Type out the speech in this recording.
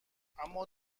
اما